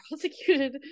prosecuted